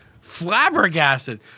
flabbergasted